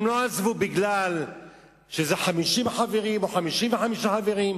הם לא עזבו בגלל שזה 50 חברים, או 55 חברים.